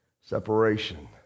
Separation